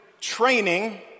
training